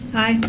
aye.